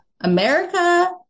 America